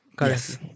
Yes